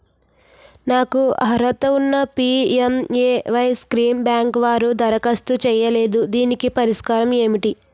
నాకు అర్హత ఉన్నా పి.ఎం.ఎ.వై స్కీమ్ బ్యాంకు వారు దరఖాస్తు చేయలేదు దీనికి పరిష్కారం ఏమిటి?